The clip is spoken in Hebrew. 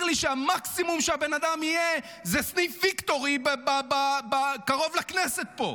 לי שהמקסימום שהבן-אדם יהיה זה סניף "ויקטורי" קרוב לכנסת פה,